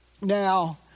Now